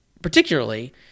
particularly